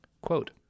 Quote